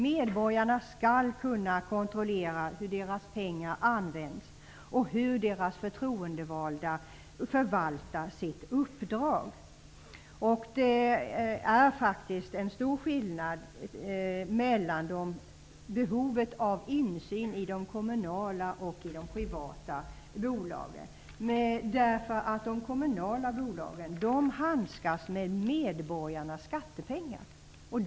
Medborgarna skall kunna kontrollera hur deras pengar används och hur deras förtroendevalda förvaltar sina uppdrag. Det finns faktiskt en stor skillnad när det gäller behovet av insyn i kommunala respektive privata bolag. De kommunala bolagen handskas ju med medborgarnas skattepengar.